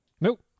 Nope